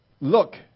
Look